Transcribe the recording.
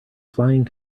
flying